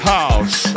House